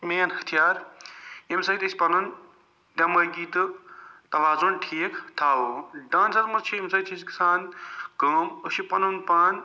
main ہتھیار ییٚمہِ سۭتۍ أسۍ پنُن دمٲغی تہٕ توازُن ٹھیٖک تھاوو ڈانٛسَس منٛز چھِ ییٚمہِ سۭتۍ چھِ اسہِ گَژھان کٲم أسۍ چھِ پنُن پان